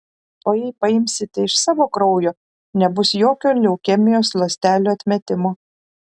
o jei paimsite iš savo kraujo nebus jokio leukemijos ląstelių atmetimo